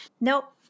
Nope